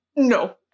No